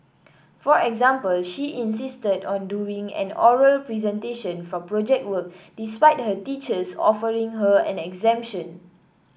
for example she insisted on doing an oral presentation for Project Work despite her teachers offering her an exemption